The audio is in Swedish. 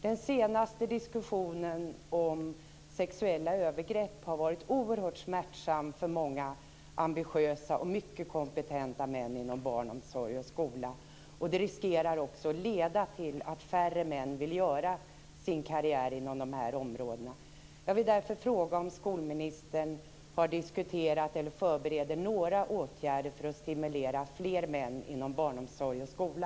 Den senaste diskussionen om sexuella övergrepp har varit oerhört smärtsam för många ambitiösa och mycket kompetenta män inom barnomsorg och skola. Den riskerar också att leda till att färre män vill göra sina karriärer inom de här områdena.